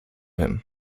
him